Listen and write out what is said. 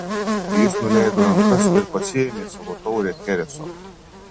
jis nuleido rankas ir pasiėmė savo taurę chereso